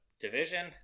division